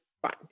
Fine